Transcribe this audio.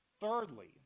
Thirdly